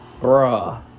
Bruh